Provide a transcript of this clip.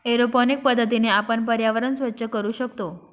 aeroponic पद्धतीने आपण पर्यावरण स्वच्छ करू शकतो